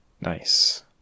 Nice